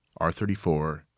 R34